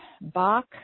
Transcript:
Bach